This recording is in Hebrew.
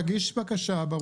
שיגיש בקשה.